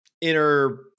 inner